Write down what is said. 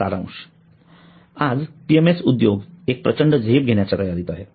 सारांश आज PMS उद्योग एक प्रचंड झेप घेण्याच्या तयारीत आहे